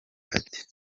ati